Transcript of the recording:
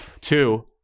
two